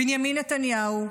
בנימין נתניהו,